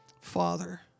Father